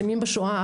מסיימים בשואה,